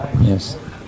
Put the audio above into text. Yes